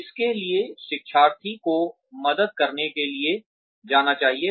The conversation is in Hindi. किसके लिए शिक्षार्थी को मदद करने के लिए जाना चाहिए